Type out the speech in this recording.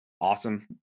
Awesome